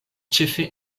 ĉefe